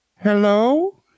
Hello